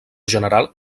general